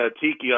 Tiki